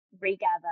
regather